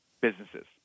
businesses